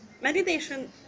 Meditation